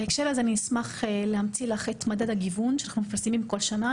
בהקשר הזה אני אשמח להמציא לך את מדד הגיוון שאנחנו מפרסמים בכל שנה.